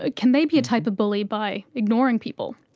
ah can they be a type of bully by ignoring people?